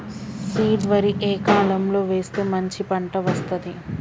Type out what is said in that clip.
Seed వరి ఏ కాలం లో వేస్తే మంచి పంట వస్తది?